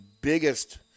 biggest